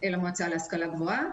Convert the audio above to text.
אל המועצה להשכלה גבוהה.